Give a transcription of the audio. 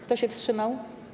Kto się wstrzymał?